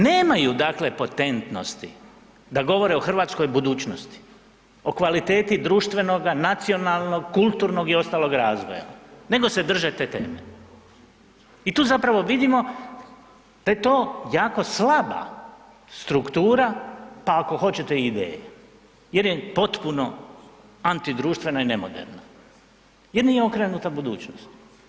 Nemaju, dakle potentnosti da govore o hrvatskoj budućnosti, o kvaliteti društvenoga, nacionalnog, kulturnog i ostalog razvoja nego se drže te teme i tu zapravo vidimo da je to jako slaba struktura, pa ako hoćete i ideje jer je potpuno antidruštvena i nemoderna jer nije okrenuta budućnosti.